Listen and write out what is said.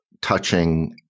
touching